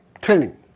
training